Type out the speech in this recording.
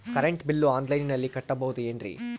Current bill ಆನ್ಲೈನಿನಲ್ಲಿ ಕಟ್ಟಬಹುದು ಏನ್ರಿ?